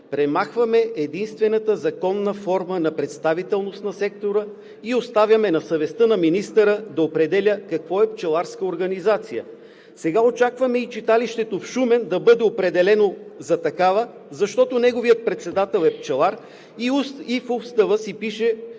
премахваме единствената законна форма на представителност в сектора и оставяме на съвестта на министъра да определя какво е пчеларска организация. Сега очакваме и читалището в Шумен да бъде определено за такава, защото неговият председател е пчелар и в устава си пише,